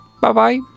Bye-bye